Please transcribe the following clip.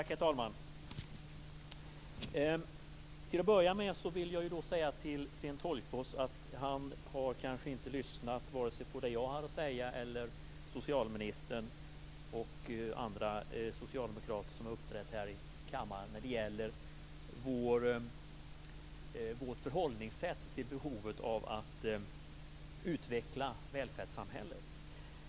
Herr talman! Till att börja med vill jag säga att Sten Tolgfors kanske inte har lyssnat på vare sig det som jag, socialministern eller andra socialdemokrater som har uppträtt här i kammaren hade att säga när det gäller vårt förhållningssätt till behovet av att utveckla välfärdssamhället.